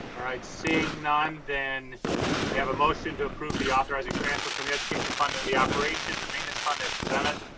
all right, seeing none, then we have a motion to approve the authorizing transfer from the education fund into the operations and maintenance fund as presented.